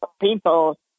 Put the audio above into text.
people